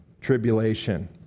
tribulation